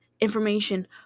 information